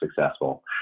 successful